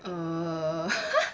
err